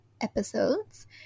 episodes